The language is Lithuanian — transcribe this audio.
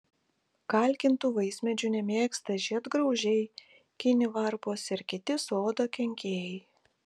kalkintų vaismedžių nemėgsta žiedgraužiai kinivarpos ir kiti sodo kenkėjai